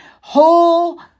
whole